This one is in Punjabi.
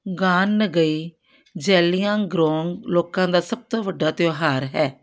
ਗਾਨ ਨਗਈ ਜ਼ੇਲੀਆਂਗਰੋਂਗ ਲੋਕਾਂ ਦਾ ਸਭ ਤੋਂ ਵੱਡਾ ਤਿਉਹਾਰ ਹੈ